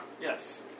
Yes